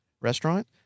restaurant